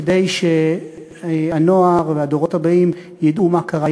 כדי שהנוער והדורות הבאים ידעו מה קרה,